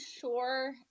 sure